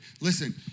Listen